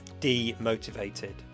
demotivated